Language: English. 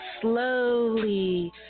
slowly